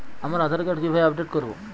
আমার আধার কার্ড কিভাবে আপডেট করব?